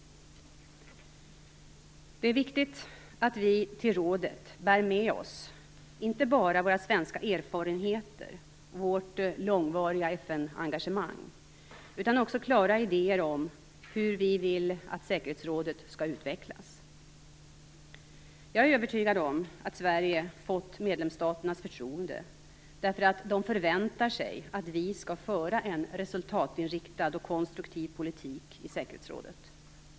Det är viktigt att vi till rådet bär med oss, inte bara våra svenska erfarenheter och vårt långvariga FN engagemang, utan också klara idéer om hur vi vill att säkerhetsrådet skall utvecklas. Jag är övertygad om att Sverige fått medlemsstaternas förtroende därför att de förväntar sig att vi skall föra en resultatinriktad och konstruktiv politik i säkerhetsrådet.